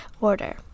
order